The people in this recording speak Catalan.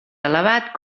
elevat